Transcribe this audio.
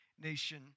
nation